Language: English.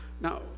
Now